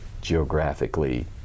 geographically